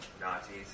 Nazis